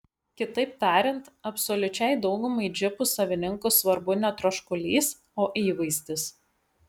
kitaip tariant absoliučiai daugumai džipų savininkų svarbu ne troškulys o įvaizdis